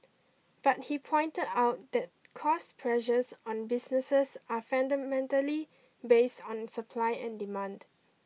but he pointed out that cost pressures on businesses are fundamentally based on supply and demand